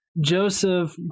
Joseph